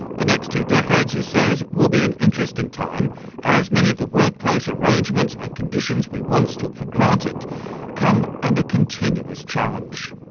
the next two decades, he says, will be an interesting time as many of the workplace arrangements and conditions we once took for granted come under continuous challenge.